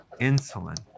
insulin